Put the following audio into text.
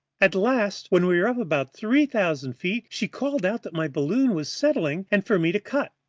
at last, when we were up about three thousand feet, she called out that my balloon was settling and for me to cut.